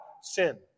sin